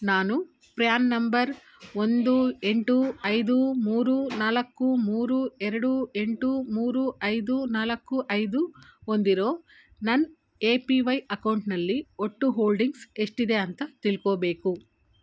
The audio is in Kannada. ನಾನು ಪ್ರ್ಯಾನ್ ನಂಬರ್ ಒಂದು ಎಂಟು ಐದು ಮೂರು ನಾಲ್ಕು ಮೂರು ಎರಡು ಎಂಟು ಮೂರು ಐದು ನಾಲ್ಕು ಐದು ಹೊಂದಿರೋ ನನ್ನ ಎ ಪಿ ವೈ ಅಕೌಂಟ್ನಲ್ಲಿ ಒಟ್ಟು ಹೋಲ್ಡಿಂಗ್ಸ್ ಎಷ್ಟಿದೆ ಅಂತ ತಿಳ್ಕೋಬೇಕು